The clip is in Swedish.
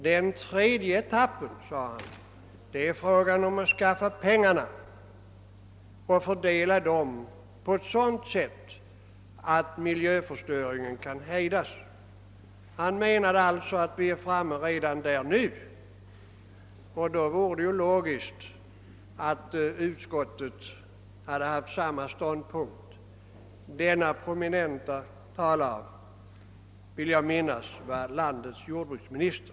Den tredje etappen, sade han, är frågan om att skaffa pengarna och fördela dem på ett sådant sätt att miljöförstöringen kan hejdas. Han menade alltså att vi redan nu är framme där. Då hade det ju varit logiskt om utskottet intagit samma ståndpunkt. Denne prominente talare var, vill jag minnas, landets jordbruksminister.